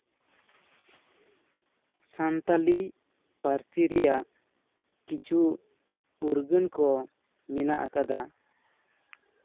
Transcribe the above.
ᱥᱟᱱᱛᱟᱲᱤ ᱯᱟᱹᱨᱥᱤ ᱨᱮᱭᱟᱜ ᱠᱤᱪᱷᱩ ᱩᱨᱜᱟᱹᱱ ᱠᱚ ᱢᱮᱱᱟᱜ ᱟᱠᱟᱫᱟ